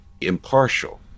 impartial